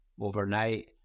overnight